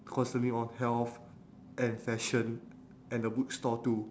concerning on health and fashion and the book store too